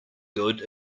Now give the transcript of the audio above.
good